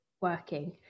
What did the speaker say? working